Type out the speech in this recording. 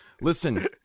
Listen